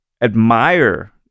admire